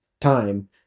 time